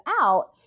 out